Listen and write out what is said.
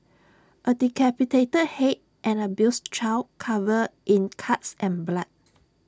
A decapitated Head an abused child covered in cuts and blood